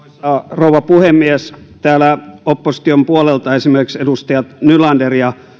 rouva puhemies täällä opposition puolelta esimerkiksi edustajat nylander ja